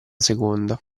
seconda